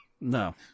No